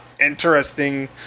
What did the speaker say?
Interesting